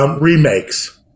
remakes